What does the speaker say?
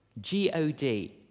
G-O-D